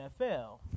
NFL